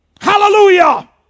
hallelujah